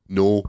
no